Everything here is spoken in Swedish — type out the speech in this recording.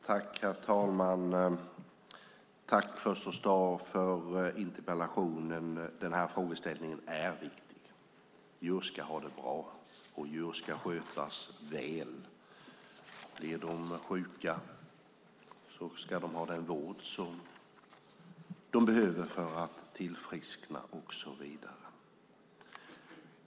Herr talman! Tack för interpellationen. Frågan är viktig. Djur ska ha det bra, och djur ska skötas väl. Blir de sjuka ska de ha den vård de behöver för att tillfriskna.